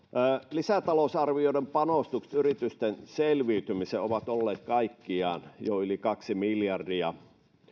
lisätalousarvioiden panostukset yritysten selviytymiseen ovat olleet kaikkiaan jo yli kaksi miljardia